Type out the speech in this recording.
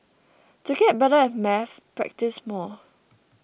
to get better at maths practise more